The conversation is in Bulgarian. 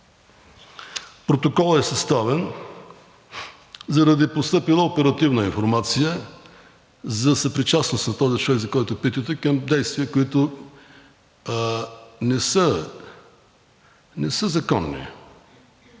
Протоколът е съставен заради постъпила оперативна информация за съпричастност на този човек, за който питате, към действия, които не са законни,